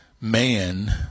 man